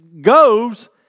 goes